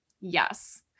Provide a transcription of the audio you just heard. yes